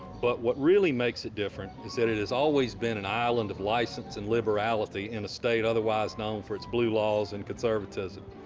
but what really makes it different is that it has always been an island of license and liberality in a state otherwise known for its blue laws and conservatism.